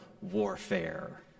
warfare